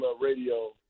radio